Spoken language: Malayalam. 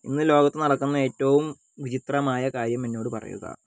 ഇന്ന് ലോകത്ത് നടക്കുന്ന ഏറ്റവും വിചിത്രമായ കാര്യം എന്നോട് പറയുക